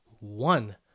one